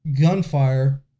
gunfire